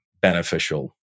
beneficial